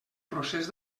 procés